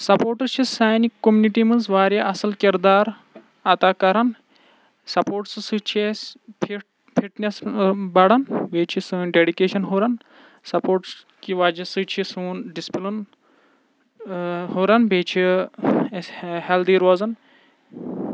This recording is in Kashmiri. سَپوٹٕس چھِ سانہِ کوٚمنِٹی منٛز واریاہ اَصٕل کِردار عطا کَران سَپوٹسہٕ سۭتۍ چھِ أسۍ فِٹنیٚس بَڑان بیٚیہِ چھِ سٲنۍ ڈیڈِکیشَن ہُران سَپوٹٕس کہِ وجہ سۭتۍ چھِ سون ڈِسپٕلِن ہُران بیٚیہِ چھِ أسۍ ہیٚلدی روزان